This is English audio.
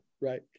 Right